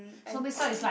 so next time it's like